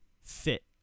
fit